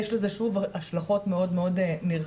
יש לזה שוב השלכות מאוד מאוד נרחבות.